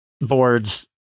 boards